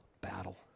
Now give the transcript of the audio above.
battle